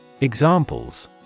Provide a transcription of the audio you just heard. Examples